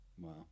wow